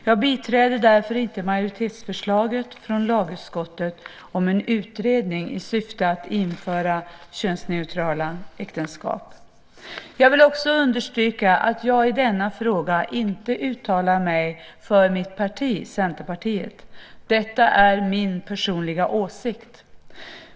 Jag biträder därför inte majoritetsförslaget från lagutskottet om en utredning i syfte att införa könsneutrala äktenskap. Jag vill också understryka att jag i denna fråga inte uttalar mig för mitt parti, Centerpartiet. Detta är min personliga åsikt.